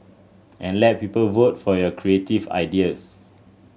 and let people vote for your creative ideas